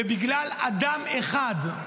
ובגלל אדם אחד,